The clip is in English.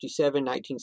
1967